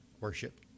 worship